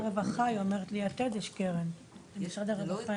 יש כזאת קרן,